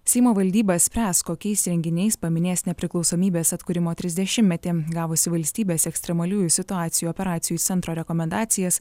seimo valdyba spręs kokiais renginiais paminės nepriklausomybės atkūrimo trisdešimtmetį gavusi valstybės ekstremaliųjų situacijų operacijų centro rekomendacijas